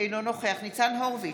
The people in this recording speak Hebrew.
אינו נוכח ניצן הורוביץ,